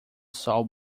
sol